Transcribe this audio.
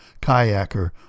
kayaker